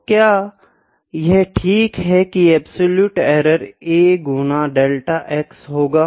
तो क्या यह ठीक है की अब्सोलुटे एरर A गुना डेल्टा x होगा